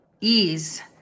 ease